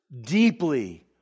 deeply